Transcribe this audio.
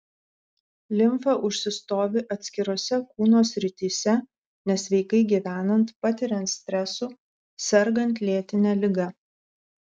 limfa užsistovi atskirose kūno srityse nesveikai gyvenant patiriant stresų sergant lėtine liga